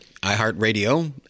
iHeartRadio